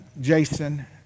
Jason